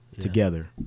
Together